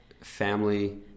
family